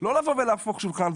לא להפוך שולחן,